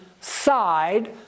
side